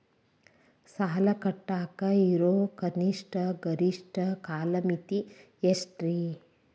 ಸಾಲ ಕಟ್ಟಾಕ ಇರೋ ಕನಿಷ್ಟ, ಗರಿಷ್ಠ ಕಾಲಮಿತಿ ಎಷ್ಟ್ರಿ?